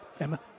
Emma